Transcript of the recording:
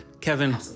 Kevin